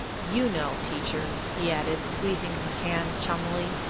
you know, teacher, he added, squeezing her hand chummily.